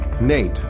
Nate